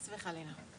חס וחלילה.